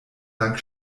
lang